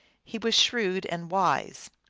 he was shrewd and wise.